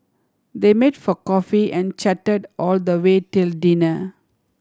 they meet for coffee and chatted all the way till dinner